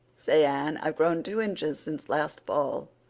say, anne, i've grown two inches since last fall.